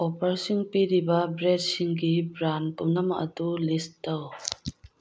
ꯑꯣꯐꯔꯁꯤꯡ ꯄꯤꯔꯤꯕ ꯕ꯭ꯔꯦꯠꯁꯤꯡꯒꯤ ꯕ꯭ꯔꯥꯟ ꯄꯨꯝꯅꯃꯛ ꯑꯗꯨ ꯂꯤꯁ ꯇꯧ